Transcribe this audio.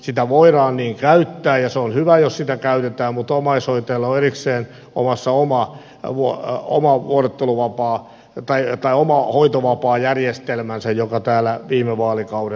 sitä voidaan niin käyttää ja on hyvä jos sitä käytetään mutta omaishoitajalle on erikseen olemassa oma hoitovapaajärjestelmänsä joka täällä viime vaalikaudella hyväksyttiin